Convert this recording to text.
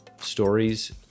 stories